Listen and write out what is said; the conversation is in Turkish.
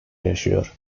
yaşıyor